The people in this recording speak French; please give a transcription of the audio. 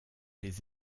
les